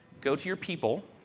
go to your people,